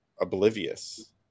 oblivious